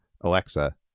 alexa